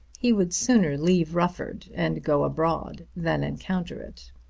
he would sooner leave rufford and go abroad than encounter it.